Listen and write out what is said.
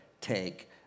take